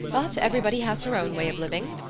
but everybody has her own way of living.